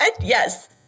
Yes